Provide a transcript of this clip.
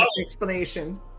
explanation